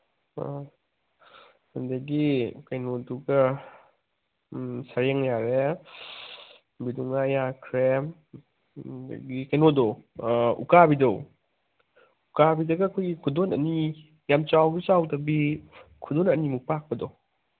ꯑꯣ ꯑꯗꯒꯤ ꯀꯩꯅꯣꯗꯨꯒ ꯎꯝ ꯁꯔꯦꯡ ꯌꯥꯔꯦ ꯕꯤꯂꯨꯉꯥ ꯌꯥꯈ꯭ꯔꯦ ꯑꯗꯒꯤ ꯀꯩꯅꯣꯗꯣ ꯎ ꯀꯥꯕꯤꯗꯣ ꯎ ꯀꯥꯕꯤꯗꯒ ꯑꯩꯈꯣꯏ ꯈꯨꯗꯣꯟ ꯑꯅꯤ ꯌꯥꯝ ꯆꯥꯎꯁꯨ ꯆꯥꯎꯗꯕꯤ ꯈꯨꯗꯣꯟ ꯑꯅꯤꯃꯨꯛ ꯄꯥꯛꯄꯗꯣ